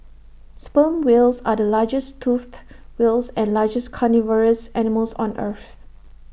sperm whales are the largest toothed whales and largest carnivorous animals on earth